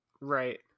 Right